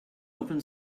open